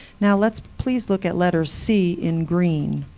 now let's please look at letter c in green.